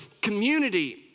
community